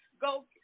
Go